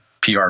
PR